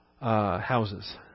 houses